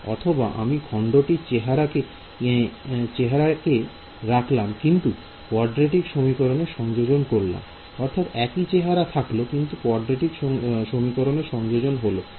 অথবা আমি খন্ডটির চেহারা একি রাখলাম কিন্তু কোয়াড্রেটিক সমীকরণের সংযোজন করলাম